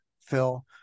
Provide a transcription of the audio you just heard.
Phil